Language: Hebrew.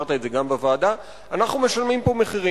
אמרת את זה גם בוועדה: אנחנו משלמים פה מחירים,